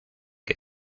que